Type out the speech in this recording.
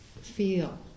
feel